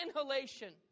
inhalation